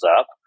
up